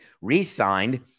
re-signed